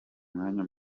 umwanya